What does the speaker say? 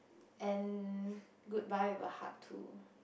and goodbye with a hug too